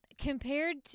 compared